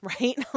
right